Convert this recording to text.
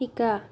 শিকা